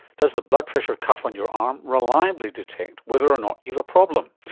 does the blood pressure cuff on your arm reliably detect whether or not you have a problem?